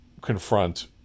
confront